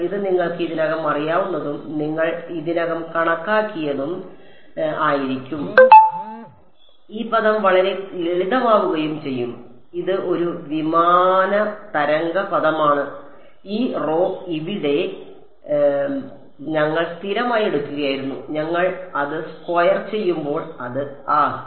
ഇത് നിങ്ങൾക്ക് ഇതിനകം അറിയാവുന്നതും നിങ്ങൾ ഇതിനകം കണക്കാക്കിയതും ആയിരിക്കും ഈ പദം വളരെ ലളിതമാവുകയും ചെയ്യും ഇത് ഒരു വിമാന തരംഗ പദമാണ് ഈ റോ ഇവിടെ ഞങ്ങൾ സ്ഥിരമായി എടുക്കുകയായിരുന്നു ഞങ്ങൾ അത് സ്ക്വയർ ചെയ്യുമ്പോൾ അത് ആഹ്